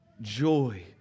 joy